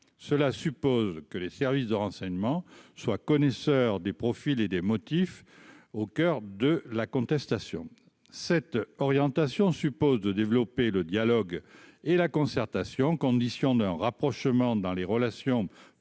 cela suppose que les services de renseignement soit connaisseur des profils et des motifs au coeur de la contestation cette orientation suppose de développer le dialogue et la concertation, condition d'un rapprochement dans les relations